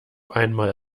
einmal